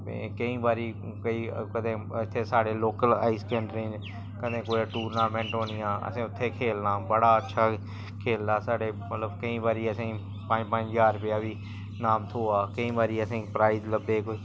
ते में केईं बारी इत्थे साढ़े लोकल हाई सकैंडरी कदें कुदै टूर्नामेंट होनियां असें उत्थें खेलना बड़ा अच्छा खेलना साढे मतलब केईं बारी असेंगी पंज पंज ज्हार रपेआ बी नाम थ्होआ केईं बारी असेंगी प्राईज़ लब्भे कोई